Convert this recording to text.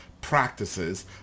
practices